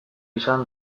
izan